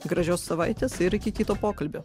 gražios savaitės ir iki kito pokalbio